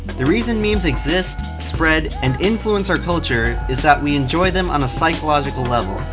the reason memes exist, spread, and influence our culture, is that we enjoy them on a psychological level.